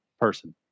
person